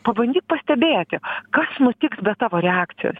pabandyti pastebėti kas nutiks be tavo reakcijos